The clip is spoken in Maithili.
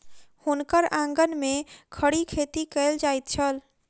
हुनकर आंगन में खड़ी खेती कएल जाइत छल